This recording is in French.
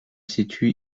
situe